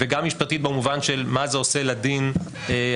וגם משפטית במובן של מה זה עושה לדין הישראלי.